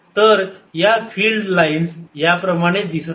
तर या field lines याप्रमाणे दिसत आहेत